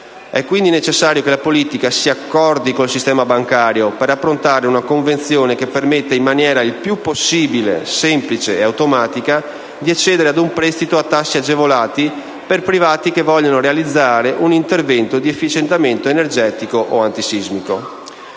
È quindi necessario che la politica si accordi con il sistema bancario per approntare una convenzione che permetta in maniera il più possibile semplice ed automatica di accedere ad un prestito a tassi agevolati per privati che vogliano realizzare un intervento di efficientamento energetico o antisismico.